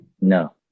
No